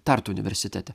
tartu universitete